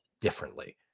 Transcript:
differently